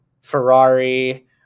Ferrari